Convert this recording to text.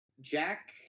Jack